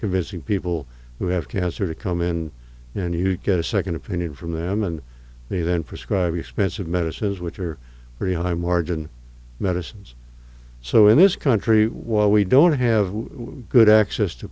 convincing people who have cancer to come in and you get a second opinion from them and they then prescribe expensive medicines which are very high margin medicines so in this country while we don't have good access to